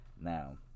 Now